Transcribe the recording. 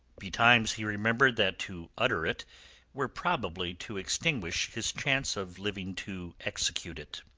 betimes he remembered that to utter it were probably to extinguish his chance of living to execute it.